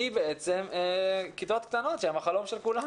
היא בעצם כיתות קטנות, שהן החלום של כולנו.